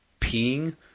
peeing